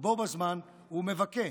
ובו בזמן הוא מבכה,